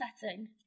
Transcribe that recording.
setting